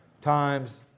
times